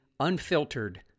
unfiltered